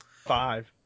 Five